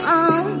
on